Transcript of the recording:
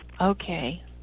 Okay